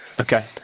Okay